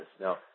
Now